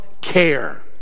care